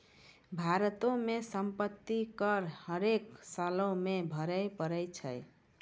भारतो मे सम्पति कर हरेक सालो मे भरे पड़ै छै